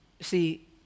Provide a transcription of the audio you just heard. See